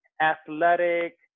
athletic